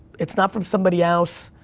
it's not from somebody else.